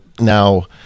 now